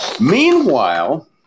meanwhile